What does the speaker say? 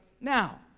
now